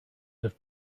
have